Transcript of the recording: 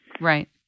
Right